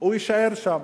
הוא יישאר שם.